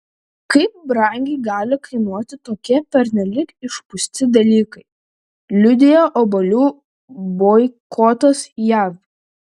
kaip brangiai gali kainuoti tokie pernelyg išpūsti dalykai liudija obuolių boikotas jav